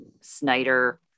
Snyder